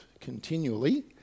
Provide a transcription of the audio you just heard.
continually